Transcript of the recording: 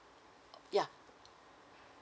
yeah